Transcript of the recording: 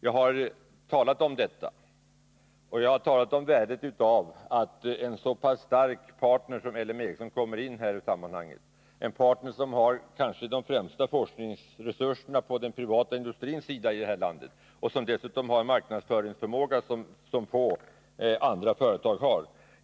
Jag har talat om värdet av att en så stark partner som L M Ericsson kommer in i sammanhanget, en partner som har de kanske främsta forskningsresurserna i den privata industrin här i landet och som dessutom har en marknadsföringsförmåga som få andra företag.